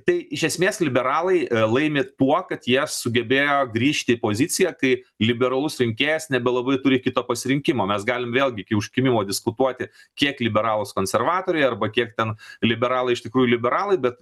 tai iš esmės liberalai laimi tuo kad jie sugebėjo grįžti į poziciją kai liberalus rinkėjas nebelabai turi kito pasirinkimo mes galim vėlgi iki užkimimo diskutuoti kiek liberalūs konservatoriai arba kiek ten liberalai iš tikrųjų liberalai bet